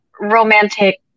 romantic